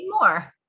more